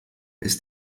ist